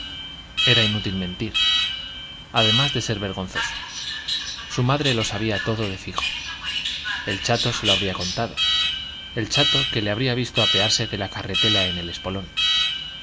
era inútil mentir además de ser vergonzoso su madre lo sabía todo de fijo el chato se lo habría contado el chato que le habría visto apearse de la carretela en el espolón